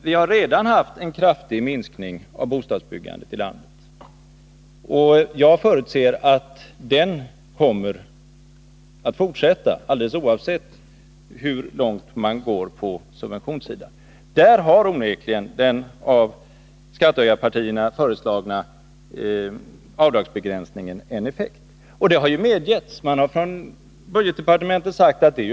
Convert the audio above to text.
Nu har vi redan haft en kraftig minskning av bostadsbyggandet i landet, och jag förutser att den minskningen kommer att fortsätta alldeles oävsett hur man gör med subventionerna. Där har onekligen den av skattehöjarpartierna föreslagna avdragsbegränsningen en effekt. Det har budgetdepartementet medgett.